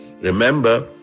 remember